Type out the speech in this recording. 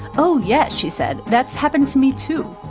oh yeah, she said, that's happened to me too.